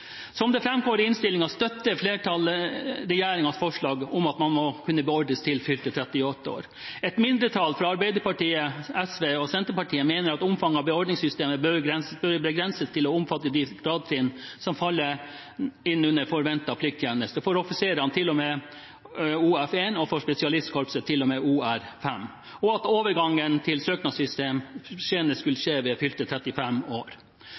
Som det framgår av innstillingen, støtter flertallet regjeringens forslag om at man må kunne beordres til fylte 38 år. Et mindretall, fra Arbeiderpartiet, SV og Senterpartiet, mener at omfanget av beordringssystemet bør begrenses til å omfatte de gradstrinn som faller inn under forventet plikttjeneste – for offiserene til og med OF1 og for spesialistkorpset til og med OR5 – og at overgang til søknadssystem senest skal skje ved fylte 35 år.